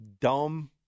dumb